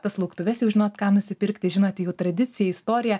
tas lauktuves jau žinot ką nusipirkti žinoti jų tradiciją istoriją